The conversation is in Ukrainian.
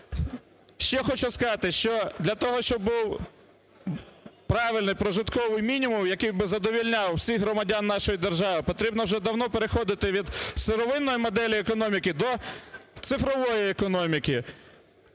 Ще хочу сказати, що для того, щоб був правильний прожитковий мінімум, який би задовольняв всіх громадян нашої держави, потрібно вже давно переходити від сировинної моделі економіки до цифрової економіки.